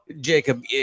Jacob